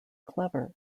clever